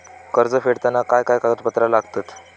कर्ज फेडताना काय काय कागदपत्रा लागतात?